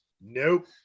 nope